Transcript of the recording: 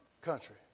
country